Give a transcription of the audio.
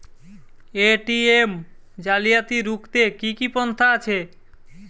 ATM জালিয়াতি রুখতে কি কি পন্থা আছে?